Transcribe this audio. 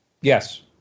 Yes